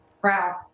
Proud